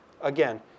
Again